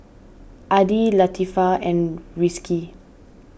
Adi Latifa and Rizqi